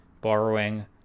borrowing